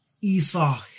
Esau